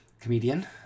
comedian